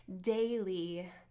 daily